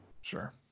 Sure